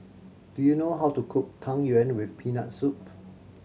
do you know how to cook Tang Yuen with Peanut Soup